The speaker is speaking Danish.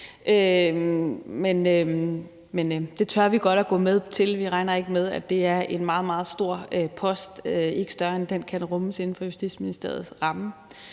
men det tør vi godt gå med til. Vi regner ikke med, at det er en meget, meget stor post – ikke større, end at den kan rummes inden for Justitsministeriets ramme.